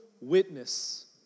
witness